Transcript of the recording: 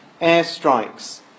airstrikes